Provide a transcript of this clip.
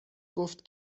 گفت